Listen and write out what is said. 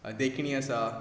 देखणी आसा